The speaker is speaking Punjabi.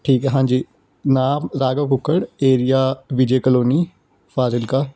ਠੀਕ ਹੈ ਹਾਂਜੀ ਨਾਮ ਰਾਘਵ ਕੁੱਕੜ ਏਰੀਆ ਵਿਜੇ ਕਲੋਨੀ ਫ਼ਾਜ਼ਿਲਕਾ